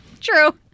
true